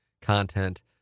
content